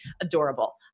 Adorable